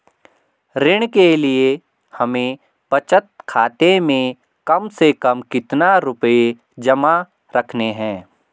ऋण के लिए हमें बचत खाते में कम से कम कितना रुपये जमा रखने हैं?